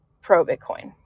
pro-Bitcoin